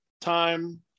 time